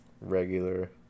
regular